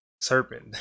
serpent